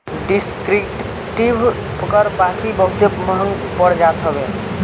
descriptive कर बाकी बहुते महंग पड़ जात हवे